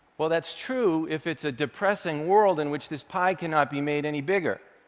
well, that's true if it's a depressing world in which this pie cannot be made any bigger.